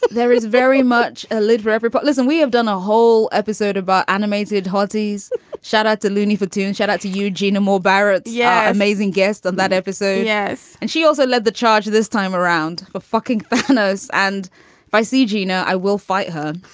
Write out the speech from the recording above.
there is very much a lid for every pot. listen, we have done a whole episode about animated hotties shout out the looney tunes, shout out to eugenia more barrett. yeah. amazing guest on that episode. yes. and she also led the charge this time around for fucking thanos. and if i see gina, i will fight her.